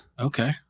Okay